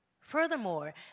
Furthermore